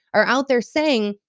are out there saying,